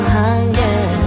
hunger